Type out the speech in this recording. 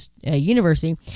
University